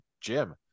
Jim